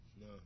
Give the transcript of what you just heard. no